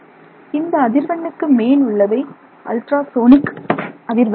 இந்த அதிர்வெண்ணுக்கு மேல் உள்ளவை அல்ட்ராசோனிக் அதிர்வெண் எனப்படும்